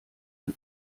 ein